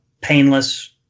painless